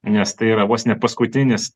nes tai yra vos ne paskutinis